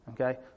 okay